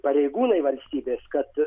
pareigūnai valstybės kad